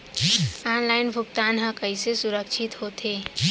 Online भुगतान हा कइसे सुरक्षित होथे?